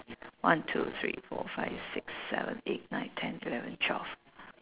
one two three four five six seven eight nine ten eleven twelve